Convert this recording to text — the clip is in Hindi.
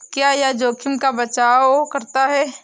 क्या यह जोखिम का बचाओ करता है?